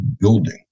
building